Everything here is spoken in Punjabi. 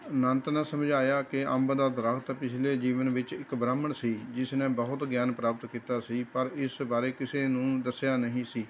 ਅਨੰਤ ਨੇ ਸਮਝਾਇਆ ਕਿ ਅੰਬ ਦਾ ਦਰੱਖਤ ਪਿਛਲੇ ਜੀਵਨ ਵਿੱਚ ਇੱਕ ਬ੍ਰਾਹਮਣ ਸੀ ਜਿਸ ਨੇ ਬਹੁਤ ਗਿਆਨ ਪ੍ਰਾਪਤ ਕੀਤਾ ਸੀ ਪਰ ਇਸ ਬਾਰੇ ਕਿਸੇ ਨੂੰ ਦੱਸਿਆ ਨਹੀਂ ਸੀ